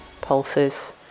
pulses